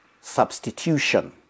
substitution